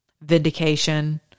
vindication